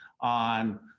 on